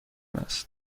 است